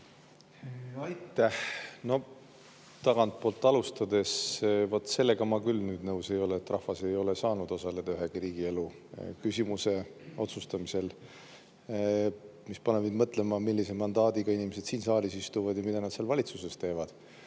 Aitäh! Tagantpoolt alustades, vot, sellega ma küll nüüd nõus ei ole, et rahvas ei ole saanud osaleda ühegi riigielu küsimuse otsustamisel. See paneb mind mõtlema, millise mandaadiga inimesed siin saalis istuvad ja mida nad seal valitsuses teevad.